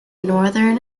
northern